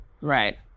right